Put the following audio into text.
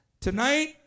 Tonight